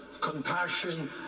compassion